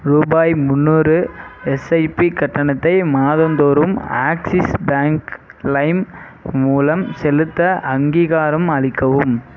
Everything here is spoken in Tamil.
ரூபாய் முன்னூறு எஸ்ஐபி கட்டணத்தை மாதந்தோறும் ஆக்ஸிஸ் பேங்க் லைம் மூலம் செலுத்த அங்கீகாரம் அளிக்கவும்